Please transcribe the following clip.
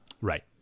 Right